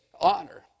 honor